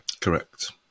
Correct